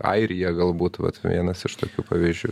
airija galbūt vat vienas iš tokių pavyzdžių